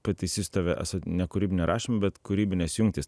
pataisysiu tave esu ne kūrybinio rašymo bet kūrybinės jungtys